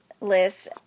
list